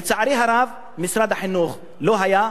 לצערי הרב, משרד החינוך לא היה.